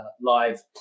live